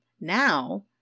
now